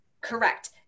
correct